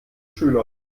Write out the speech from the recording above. schüler